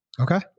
Okay